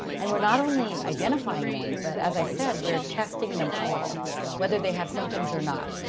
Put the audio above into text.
and we're not only identifying them, but as i said, we're testing them all whether they have symptoms or not.